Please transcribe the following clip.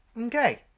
okay